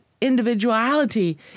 individuality